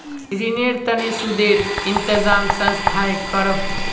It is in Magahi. रिनेर तने सुदेर इंतज़ाम संस्थाए करोह